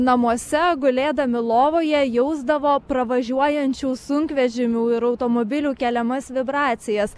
namuose gulėdami lovoje jausdavo pravažiuojančių sunkvežimių ir automobilių keliamas vibracijas